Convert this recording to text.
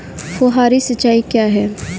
फुहारी सिंचाई क्या है?